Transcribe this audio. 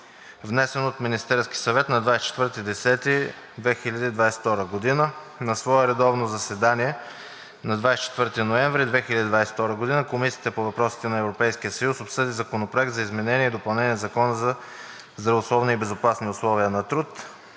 внесен от Министерския съвет на 24 октомври 2022 г. На свое редовно заседание, проведено на 24 ноември 2022 г., Комисията по въпросите на Европейския съюз обсъди Законопроект за изменение и допълнение на Закона за здравословни и безопасни условия на труд,